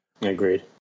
agreed